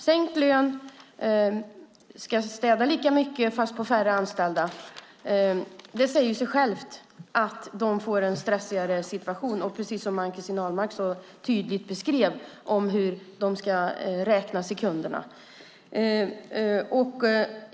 De ska städa lika mycket fast de är färre anställda. Det säger sig självt att de får en stressigare situation. Precis som Ann-Christin Ahlberg så tydligt beskrev ska de räkna sekunderna.